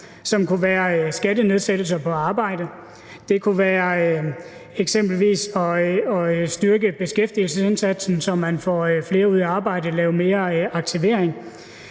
som kunne være skattenedsættelse på arbejde, det kunne være eksempelvis at styrke beskæftigelsesindsatsen, så man får flere ud i arbejde; at lave mere aktivering.